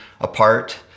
apart